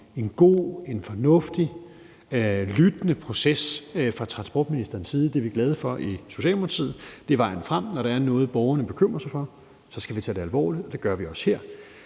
en god, fornuftig og lyttende proces fra transportministerens side. Det er vi glade for i Socialdemokratiet. Det er vejen frem, når der er noget, borgerne bekymrer sig om; så skal vi tage det alvorligt, og det gør vi også her.